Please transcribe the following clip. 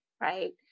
right